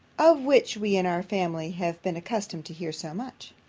of which we in our family have been accustomed to hear so much.